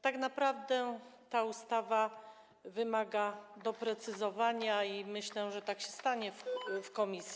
Tak naprawdę ta ustawa wymaga doprecyzowania i myślę, że tak się stanie w komisji.